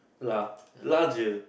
lah larger